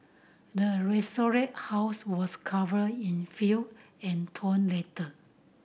the house was covered in filth and torn letter